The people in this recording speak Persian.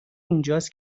اونجاست